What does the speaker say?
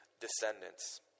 descendants